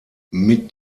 mit